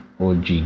OG